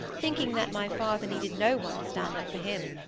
thinking that my father needed no one to stand up for him.